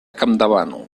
campdevànol